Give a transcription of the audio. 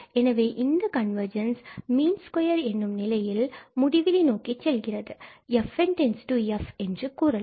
எனவே இந்த convergence mean square எனும் நிலையில் முடிவிலி நோக்கி செல்கிறது fn f என்று கூறலாம்